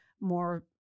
more